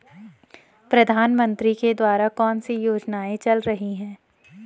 प्रधानमंत्री के द्वारा कौनसी योजनाएँ चल रही हैं?